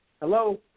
hello